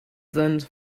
sind